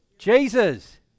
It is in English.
Jesus